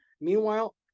Meanwhile